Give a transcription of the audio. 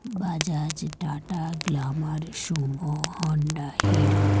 Bajaj Tata glamour sumo Honda hero